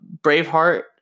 Braveheart